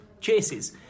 chases